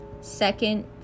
Second